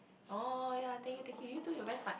oh ya thank you thank you you too you're very smart